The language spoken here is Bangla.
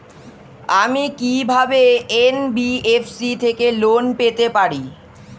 আমি কি কিভাবে এন.বি.এফ.সি থেকে লোন পেতে পারি?